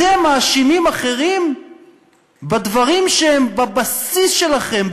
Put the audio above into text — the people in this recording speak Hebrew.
אתם מאשימים אחרים בדברים שהם בבסיס שלכם,